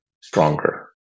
stronger